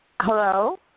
Hello